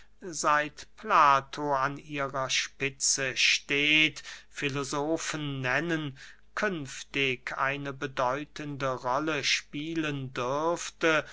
seit plato an ihrer spitze steht filosofen nennen künftig eine bedeutende rolle spielen dürfte